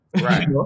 Right